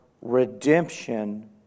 redemption